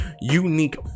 unique